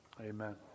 amen